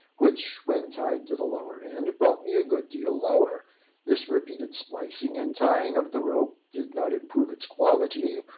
which, when tied to the lower end, brought me a good deal lower this repeated splicing and tying of the rope did not improve its quality,